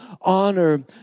honor